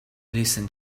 listened